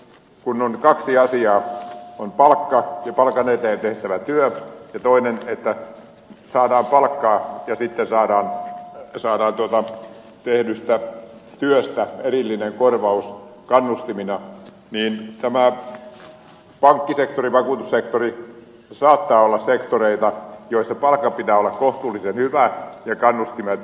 kun on kaksi asiaa on palkka ja palkan eteen tehtävä työ ja toisaalta se että saadaan palkkaa ja sitten saadaan tehdystä työstä erillinen korvaus kannustimina niin pankki ja vakuutussektori saattavat olla sektoreita joissa palkan pitää olla kohtuullisen hyvä ja kannustimien kohtuullisen matalat